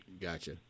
Gotcha